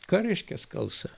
ką reiškia skalsa